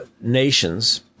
nations